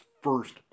first